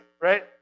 right